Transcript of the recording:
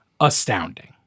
astounding